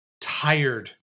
tired